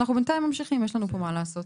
בינתיים אנחנו ממשיכים, יש לנו מה לעשות פה.